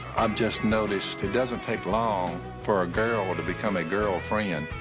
i've just noticed, it doesn't take long for a girl to become a girlfriend.